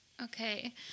Okay